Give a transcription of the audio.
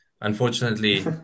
unfortunately